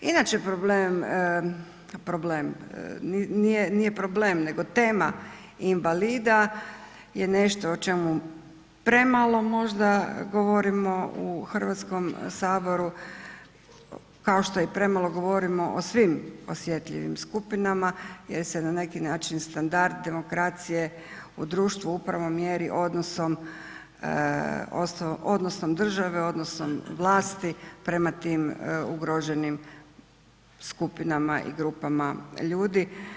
Inače problem, problem, nije problem nego tema invalida je nešto o čemu premalo možda govorimo u HS, kao što i premalo govorimo o svim osjetljivim skupinama jer se na neki način standard demokracije u društvu upravo mjeri odnosnom, odnosom države, odnosom vlasti prema tim ugroženim skupinama i grupama ljudi.